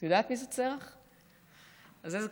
את יודעת מי זאת שרח?